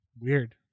Weird